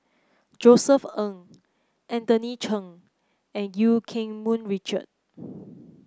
Josef Ng Anthony Chen and Eu Keng Mun Richard